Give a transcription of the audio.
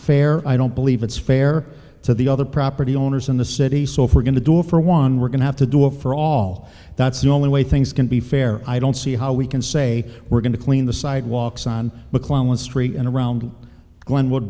fair i don't believe it's fair to the other property owners in the city so if we're going to do it for one we're going to have to do it for all that's the only way things can be fair i don't see how we can say we're going to clean the sidewalks on mcclellan street and around glenwood